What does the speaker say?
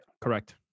Correct